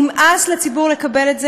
נמאס לציבור לקבל את זה.